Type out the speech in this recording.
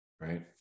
right